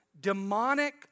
demonic